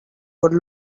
would